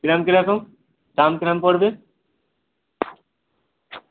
কীরম কীরকম দাম কীরম পড়বে